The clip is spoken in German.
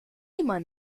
immer